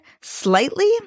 slightly